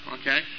okay